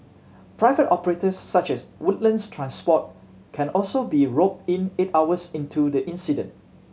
private operators such as Woodlands Transport can also be roped in eight hours into the incident